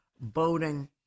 boating